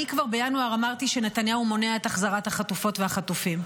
אני כבר בינואר אמרתי שנתניהו מונע את החזרת החטופות והחטופים.